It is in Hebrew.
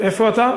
לא לא,